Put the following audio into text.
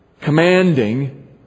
commanding